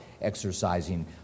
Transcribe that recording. exercising